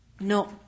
No